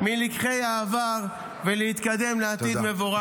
הגיע הזמן ללמוד מלקחי העבר ולהתקדם לעתיד מבורך יותר.